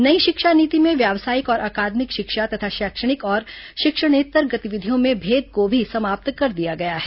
नई शिक्षा नीति में व्यावसायिक और अकादमिक शिक्षा तथा शैक्षणिक और शिक्षणेत्तर गतिविधियों में में मेद को भी समाप्त कर दिया गया है